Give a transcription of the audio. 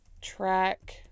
track